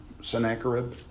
Sennacherib